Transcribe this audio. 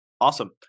awesome